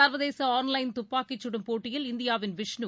சர்வதேசஆன்லைன் துப்பாக்கிச் சுடும் போட்டியில் இந்தியாவின் விஷ்ணு